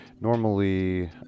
normally